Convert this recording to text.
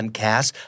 cast